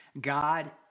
God